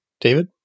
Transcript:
David